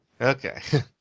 Okay